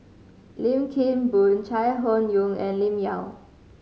Lim Kim Boon Chai Hon Yoong and Lim Yau